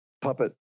puppet